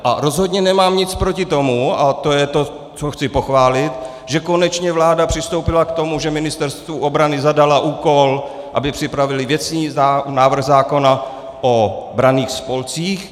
A rozhodně nemám nic proti tomu a to je to, co chci pochválit že konečně vláda přistoupila k tomu, že Ministerstvu obrany zadala úkol, aby připravilo věcný návrh zákona o branných spolcích.